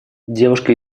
девушка